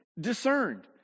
discerned